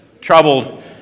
troubled